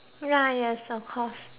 ya yes of course